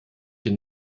den